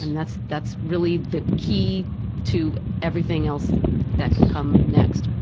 and that's that's really the key to everything else that can come next.